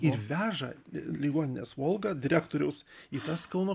ir veža ligoninės volga direktoriaus į tas kauno